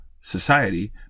society